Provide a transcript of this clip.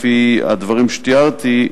לפי הדברים שתיארתי,